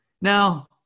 Now